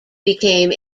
became